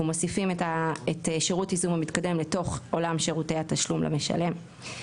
מוסיפים את שירות ייזום המתקדם לתוך עולם שירותי התשלום למשלם.